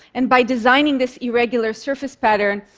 and by designing this irregular surface pattern,